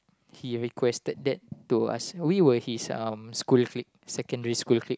he requested that to ask we were his um school clique secondary school clique